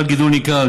חל גידול ניכר,